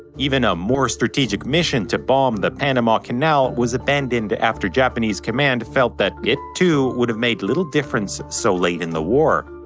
even a more strategic mission to bomb the panama canal was abandoned after japanese command felt that it too would've made little difference so late in the war.